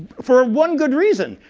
for one good reason,